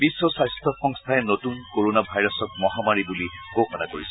বিশ্ব স্বাস্থ্য সংস্থাই নতুন কৰনা ভাইৰাছক মহামাৰী বুলি ঘোষণা কৰিছে